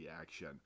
action